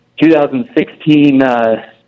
2016